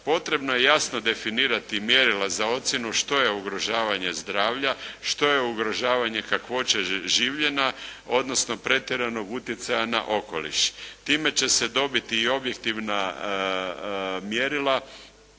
Potrebno je jasno definirati mjerila za ocjenu što je ugrožavanje zdravlja, što je ugrožavanje kakvoće življenja, odnosno pretjeranog utjecaja na okoliš. Time će se dobiti i objektivna mjerila